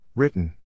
Written